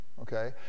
Okay